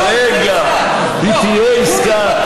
בוא נעשה עסקה.